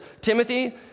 Timothy